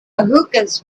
hookahs